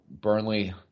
Burnley